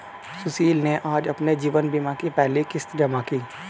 सुशील ने आज अपने जीवन बीमा की पहली किश्त जमा की